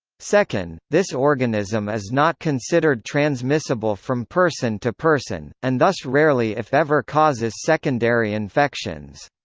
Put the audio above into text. second, this organism is not considered transmissible from person to person, and thus rarely if ever causes secondary infections.